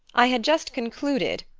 i had just concluded,